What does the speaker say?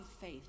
faith